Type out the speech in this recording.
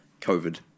COVID